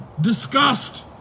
disgust